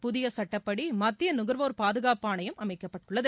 புதிய சுட்டப்படி மத்திய நுகர்வோர் பாதுகாப்பு ஆணையம் அமைக்கப்பட்டுள்ளது